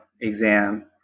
exam